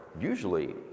usually